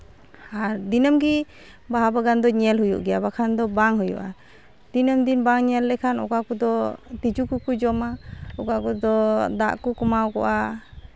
ᱟᱨ ᱫᱤᱱᱟᱹᱢ ᱜᱮ ᱵᱟᱦᱟ ᱵᱟᱜᱟᱱ ᱫᱚᱧ ᱧᱮᱞ ᱦᱩᱭᱩᱜ ᱜᱮᱭᱟ ᱵᱟᱠᱷᱟᱱ ᱫᱚ ᱵᱟᱝ ᱦᱩᱭᱩᱜᱼᱟ ᱛᱤᱱᱟᱹᱝ ᱫᱤᱱ ᱵᱟᱝ ᱧᱮᱞ ᱞᱮᱠᱷᱟᱱ ᱚᱠᱟ ᱠᱚᱫᱚ ᱛᱤᱡᱩ ᱠᱚᱠᱚ ᱡᱚᱢᱟ ᱚᱠᱟ ᱠᱚᱫᱚ ᱫᱟᱜ ᱠᱚᱠᱚ ᱮᱢᱟᱠᱚᱣᱟ